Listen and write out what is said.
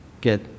get